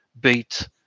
beat